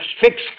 fixed